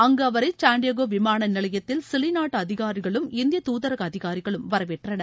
அங்கு அவரை சாண்டியாகோ விமான நிலையத்தில் சிலி நாட்டு அதிகாரிகளும் இந்திய தூதரக அதிகாரிகளும் வரவேற்றனர்